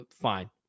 fine